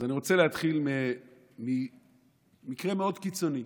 אני רוצה להתחיל ממקרה מאוד קיצוני.